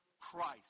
Christ